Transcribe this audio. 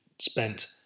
spent